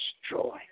destroy